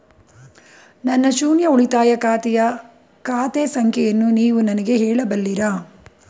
ನನ್ನ ಶೂನ್ಯ ಉಳಿತಾಯ ಖಾತೆಯ ಖಾತೆ ಸಂಖ್ಯೆಯನ್ನು ನೀವು ನನಗೆ ಹೇಳಬಲ್ಲಿರಾ?